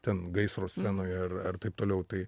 ten gaisro scenoje ar taip toliau tai